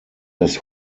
das